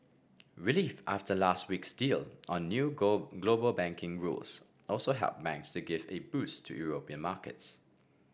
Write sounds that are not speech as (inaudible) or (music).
relief after last week's deal on new (unintelligible) global banking rules also helped banks to give a boost to European markets